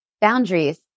boundaries